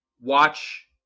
watch